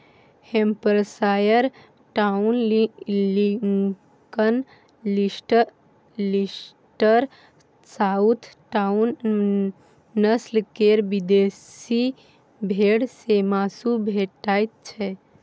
Hampshire town, Lincoln, Leicester, south town, नस्ल केर विदेशी भेंड़ सँ माँसु भेटैत छै